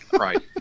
right